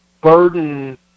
burden